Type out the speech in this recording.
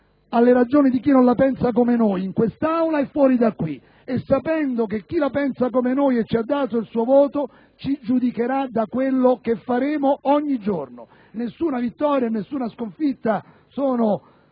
alle ragioni di chi non la pensa come noi in quest'Aula e fuori di qui sapendo che chi la pensa come noi e ci ha dato il suo voto ci giudicherà per quello che faremo ogni giorno. Nessuna vittoria e nessuna sconfitta sono